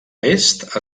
est